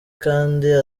kandi